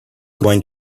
going